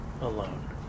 alone